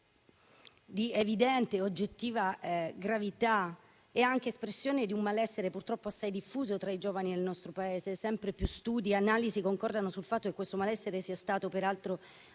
di evidente e oggettiva gravità, è anche espressione di un malessere purtroppo assai diffuso tra i giovani del nostro Paese. Sempre più studi e analisi concordano sul fatto che questo malessere sia stato anche